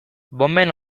bonben